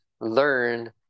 learn